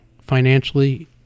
financially